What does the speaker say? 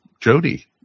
Jody